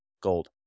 gold